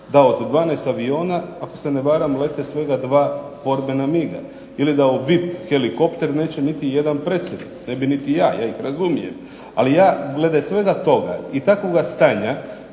da od 12 aviona, ako se ne varam lete svega 2 borbena miga, ili da u VIP helikopter neće niti jedan predsjednik. Ne bi niti ja, ja ih razumijem. Ali ja glede svega toga, i takvoga stanja